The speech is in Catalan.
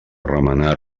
remenar